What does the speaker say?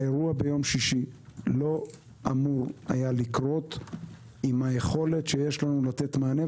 האירוע ביום שישי לא היה אמור לקרות עם היכולת שיש לנו לתת מענה.